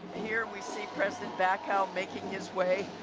here we see president bacow making his way